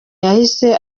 yahise